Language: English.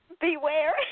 Beware